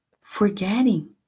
Forgetting